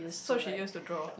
so she used to draw